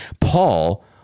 Paul